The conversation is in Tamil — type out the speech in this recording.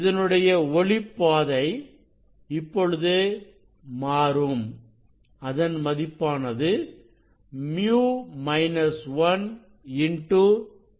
இதனுடைய ஒளிப்பாதை இப்பொழுது மாறும் அதன் மதிப்பானது µ 1 t